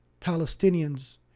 Palestinians